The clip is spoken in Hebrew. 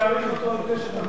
להעריך אותו על זה,